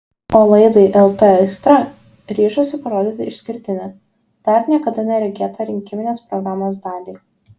o laidai lt aistra ryžosi parodyti išskirtinę dar niekada neregėtą rinkiminės programos dalį